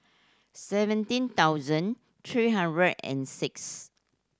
seventeen thousand three hundred and six